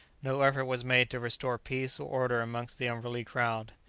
no effort was made to restore peace or order amongst the unruly crowd.